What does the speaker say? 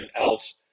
else